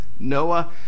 Noah